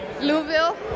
Louisville